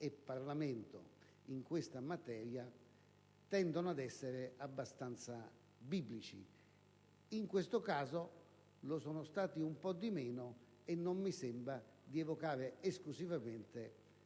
Parlamento, tendono a essere abbastanza biblici. In questo caso, lo sono stati un po' di meno, e non mi sembra di evocare esclusivamente